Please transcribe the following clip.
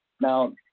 Now